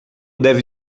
deve